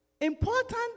Important